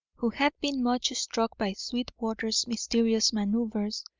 who had been much struck by sweetwater's mysterious manoeuvres,